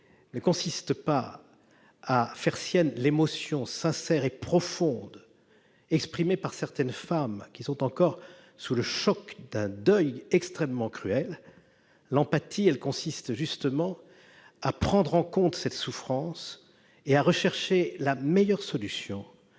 consiste non pasà faire sienne l'émotion sincère et profonde exprimée par certaines femmes qui sont encore sous le choc d'un deuil extrêmement cruel, mais au contraire à prendre en compte leur souffrance et à rechercher la meilleure solution